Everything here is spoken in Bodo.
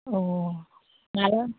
औ आरो